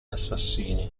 assassini